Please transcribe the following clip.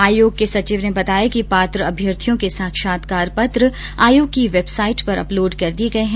आयोग के सचिव ने बताया कि पात्र अभ्यर्थियों के साक्षात्कार पत्र आयोग की वैबसाईट पर अपलोड कर दिये गये है